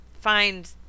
find